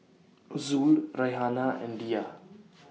Zul Raihana and Dhia